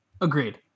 Agreed